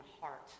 heart